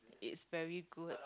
is very good